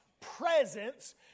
presence